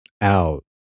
Out